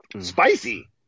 Spicy